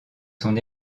son